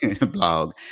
blog